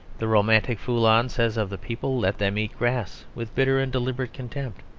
the romantic foulon says of the people, let them eat grass, with bitter and deliberate contempt.